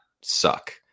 suck